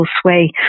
sway